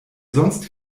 sonst